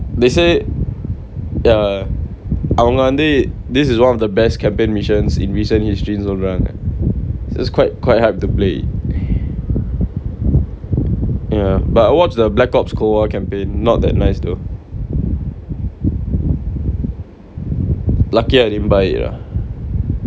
they say ya அவங்க வந்து:avanga vanthu this is one of the best campaign missions in recent history சொல்றாங்க:solraanga so is quite quite hard to play ya but I watch the black ops co-op campaign not that nice though lucky I didn't buy it ah